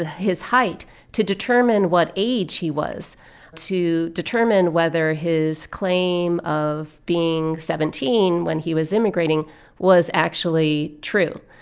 ah his height to determine what age he was to determine whether his claim of being seventeen when he was immigrating was actually true.